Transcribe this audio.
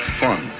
fun